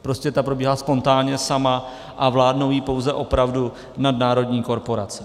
Prostě ta probíhá spontánně sama a vládnou jí pouze opravdu nadnárodní korporace.